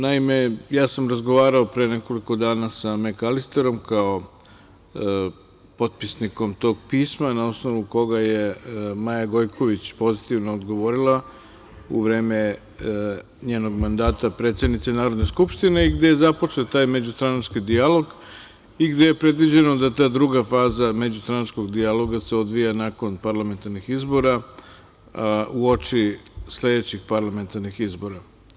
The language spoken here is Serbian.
Naime, ja sam razgovarao pre nekoliko dana sa Mekalisterom kao potpisnikom tog pisma na osnovu koga je Maja Gojković pozitivno odgovorila u vreme njenog mandata predsednice Narodne skupštine, gde je započet taj međustranački dijalog i gde je predviđeno da ta druga faza međustranačkog dijaloga se odvija nakon parlamentarnih izbora uoči sledećih parlamentarnih izbora.